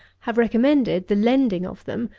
have recommended the lending of them,